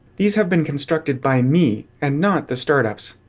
these have been constructed by me, and not the startups.